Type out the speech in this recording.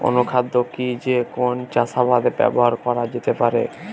অনুখাদ্য কি যে কোন চাষাবাদে ব্যবহার করা যেতে পারে?